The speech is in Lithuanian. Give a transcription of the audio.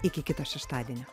iki kito šeštadienio